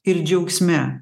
ir džiaugsme